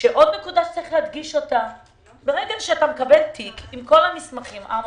ועוד נקודה שיש להדגיש ברגע שאתה מקבל תיק עם כל המסמכים ועמוס,